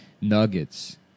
nuggets